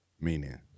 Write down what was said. Meaning